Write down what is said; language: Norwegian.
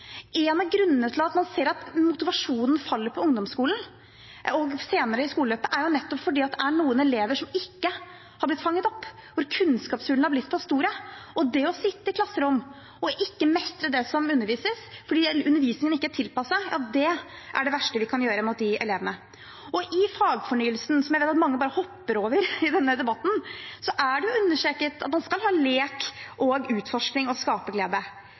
En av grunnene til at man ser at motivasjonen faller på ungdomsskolen og senere i skoleløpet, er nettopp at det er noen elever som ikke har blitt fanget opp, og hvor kunnskapshullene har blitt for store. Det å la elever sitte i et klasserom og ikke mestre det som det undervises i, fordi undervisningen ikke er tilpasset, er det verste man kan gjøre mot dem. I fagfornyelsen, som jeg vet at mange bare hopper over i denne debatten, er det understreket at man skal ha lek, utforsking og skaperglede.